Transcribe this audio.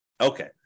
Okay